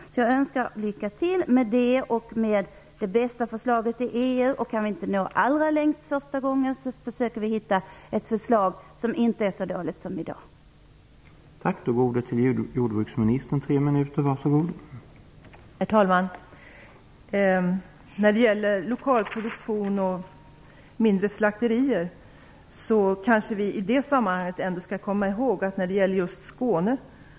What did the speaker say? Jag önskar lycka till med detta och det bästa förslaget till EU. Kan vi inte nå allra längst första gången skall vi försöka att hitta ett förslag som inte är så dåligt som det som finns i dag.